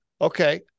Okay